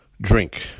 drink